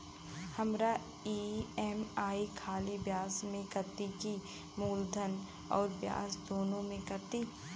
हमार ई.एम.आई खाली ब्याज में कती की मूलधन अउर ब्याज दोनों में से कटी?